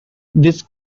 this